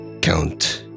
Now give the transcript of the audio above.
Count